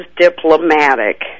diplomatic